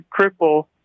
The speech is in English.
cripple